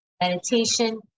meditation